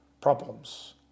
Problems